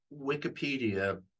Wikipedia